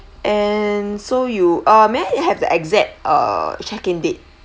and so you uh may I have the exact uh check in date